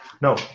No